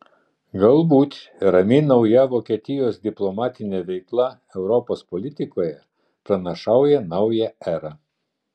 galbūt rami nauja vokietijos diplomatinė veikla europos politikoje pranašauja naują erą